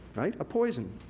right? a poison,